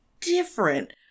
different